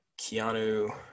Keanu